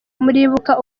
muribuka